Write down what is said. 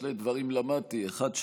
שני דברים למדתי: האחד,